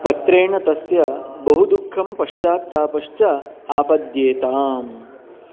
पत्रेण तस्य बहु दुःखं पश्चात्तापश्च आपद्येताम्